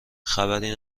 خبری